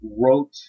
wrote